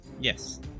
Yes